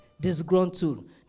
disgruntled